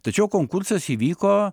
tačiau konkursas įvyko